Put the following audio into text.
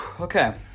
Okay